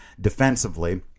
defensively